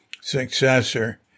successor